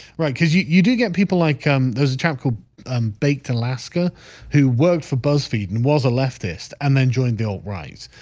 right? because you you do get people like there's a chap called baked, alaska who worked for buzzfeed and was a leftist and then joined the old rights?